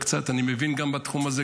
אני מבין קצת בתחום הזה,